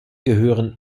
gehören